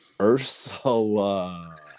Ursula